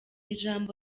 ijambo